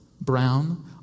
Brown